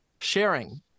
sharing